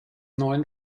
neuen